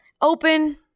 open